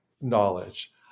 knowledge